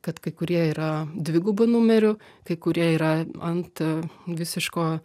kad kai kurie yra dvigubu numeriu kai kurie yra ant visiško